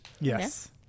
Yes